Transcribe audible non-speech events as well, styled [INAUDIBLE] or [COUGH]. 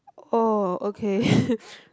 oh okay [LAUGHS]